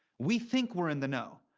we think we're in the know.